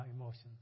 emotions